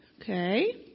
Okay